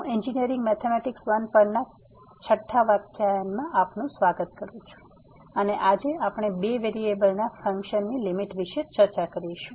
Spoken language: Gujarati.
હું એન્જિનિયરિંગ મેથેમેટિક્સ I પરના 6 વ્યાખ્યાનમાં આપનું સ્વાગત કરું છું અને આજે આપણે બે વેરીએબલના ફંક્શનની લીમીટ વિષે ચર્ચા કરીશું